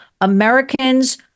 americans